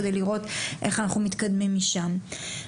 כדי לראות איך אנחנו מתקדמים משם.